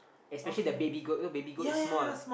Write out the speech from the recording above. especially the baby goat you know baby goat is small